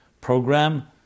program